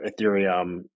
Ethereum